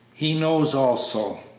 he knows also,